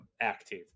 active